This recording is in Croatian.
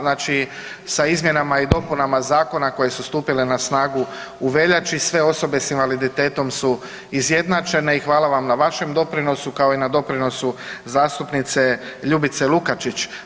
Znači sa izmjenama i dopunama zakona koje su stupile na snagu u veljači sve osobe s invaliditetom su izjednačene i hvala vam na vašem doprinosu kao i na doprinosu zastupnice Ljubice Lukačić.